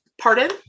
pardon